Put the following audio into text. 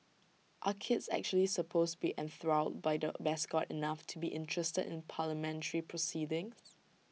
are kids actually supposed to be enthralled by the mascot enough to be interested in parliamentary proceedings